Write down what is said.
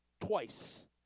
Twice